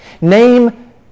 Name